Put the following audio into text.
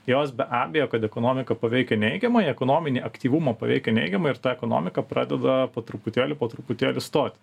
jos be abejo kad ekonomiką paveikia neigiamai ekonominį aktyvumą paveikia neigiamai ir ta ekonomika pradeda po truputėlį po truputėlį stoti